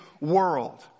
world